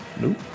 Nope